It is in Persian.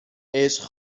عشق